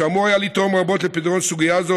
שאמור היה לתרום רבות לפתרון סוגיה זו,